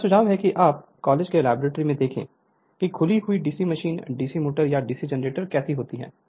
मेरा सुझाव है कि आप कॉलेज के लैबोरेट्री में देखें की खुली हुई डीसी मशीन डीसी मोटर या डीसी जनरेटर कैसी होती है